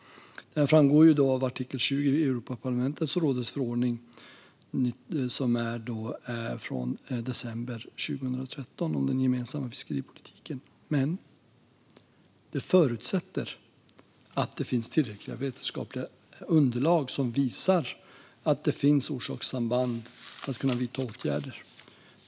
Det framgår av artikel 20 i Europaparlamentets och rådets förordning från december 2013 om den gemensamma fiskeripolitiken. Det förutsätter dock att det finns tillräckliga vetenskapliga underlag som visar att det finns orsakssamband för att kunna vidta åtgärder.